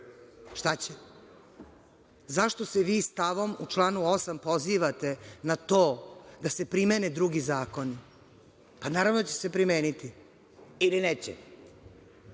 Šta će? Zašto se vi stavom u članu 8. pozivate na to da se primeni drugi zakon? Naravno da će se primeniti, ili neće. Kako